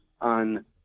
on